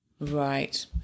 Right